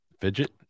Fidget